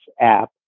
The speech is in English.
app